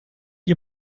ihr